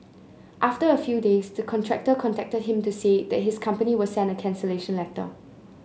after a few days the contractor contacted him to say that his company will send a cancellation letter